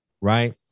Right